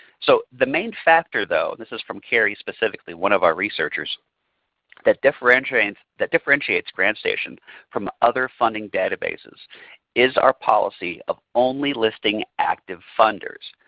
so the main factor though and this is from kerry specifically, one of our researchers that differentiates that differentiates grantstation from other funding databases is our policy of only listing active funders.